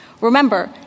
Remember